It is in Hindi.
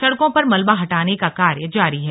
सड़कों पर मलबा हटाने का कार्य जारी है